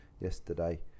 yesterday